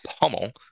pummel